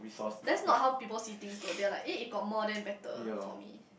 that's not how people see things though they are like eh if got more then better for me